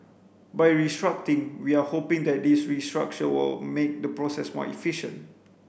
by we are hoping that this restructure will make the process more efficient